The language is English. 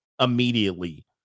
immediately